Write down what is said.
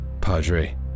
padre